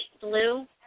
blue